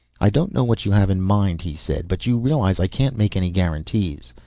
i don't know what you have in mind, he said. but you realize i can't make any guarantees.